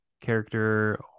character